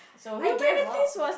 I gave up